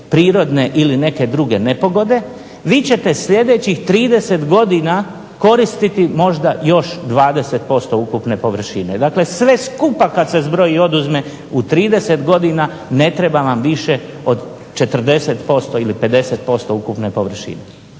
prirodne ili neke druge nepogode vi ćete sljedećih 30 godina koristiti možda još 20% ukupne površine. Dakle, sve skupa kada se zbroji i oduzme u 30 godina ne treba vam više od 40% ili 50% ukupne površine.